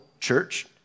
church